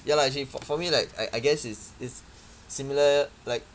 ya lah actually for for me like I I guess it's it's similar like